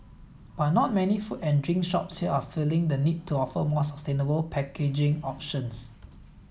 but not many food and drink shops here are feeling the need to offer more sustainable packaging options